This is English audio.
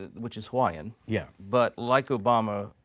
ah which is hawaiian. yeah. but like obama,